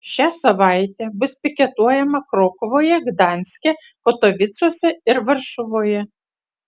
šią savaitę bus piketuojama krokuvoje gdanske katovicuose ir varšuvoje